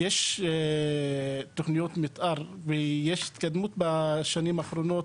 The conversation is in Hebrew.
יש תוכניות מתאר ויש התקדמות בשנים אחרונות